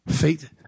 Faith